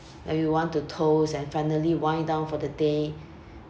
like we want to toast and finally wind down for the day